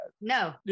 No